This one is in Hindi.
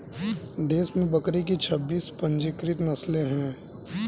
देश में बकरी की छब्बीस पंजीकृत नस्लें हैं